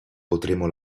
potremo